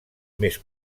més